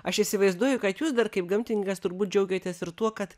aš įsivaizduoju kad jūs dar kaip gamtininkas turbūt džiaugiatės ir tuo kad